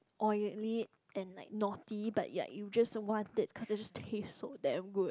oily and like naughty but ya you just want it because it just taste so damn good